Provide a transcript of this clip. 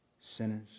sinners